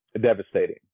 devastating